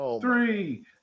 Three